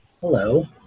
Hello